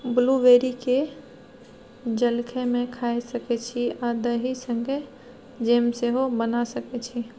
blueberry केँ जलखै मे खाए सकै छी आ दही संगै जैम सेहो बना सकै छी